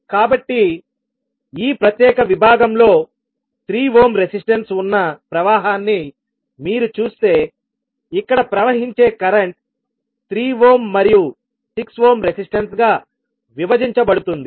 కాబట్టి ఈ ప్రత్యేక విభాగంలో 3 ఓమ్ రెసిస్టన్స్ ఉన్న ప్రవాహాన్ని మీరు చూస్తే ఇక్కడ ప్రవహించే కరెంట్ 3 ఓమ్ మరియు 6 ఓమ్ రెసిస్టన్స్ గా విభజించబడుతుంది